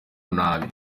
nabi